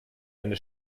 eine